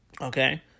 Okay